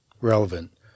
relevant